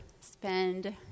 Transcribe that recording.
spend